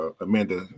Amanda